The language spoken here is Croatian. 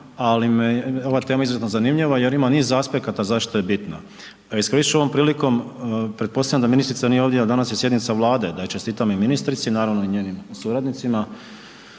ali mi je ova tema izuzetno zanimljiva jer ima niz aspekata zašto je bitna. Iskoristi ću ovom prilikom, pretpostavljam da ministrica nije ovdje jer danas je sjednica Vlade, da čestitam i ministrici, naravno i njenim suradnicima